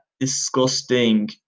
disgusting